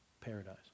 paradise